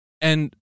And-